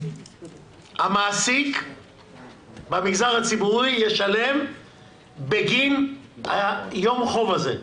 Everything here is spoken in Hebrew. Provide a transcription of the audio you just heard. המעסיק במגזר הציבורי בגין יום החוב הזה,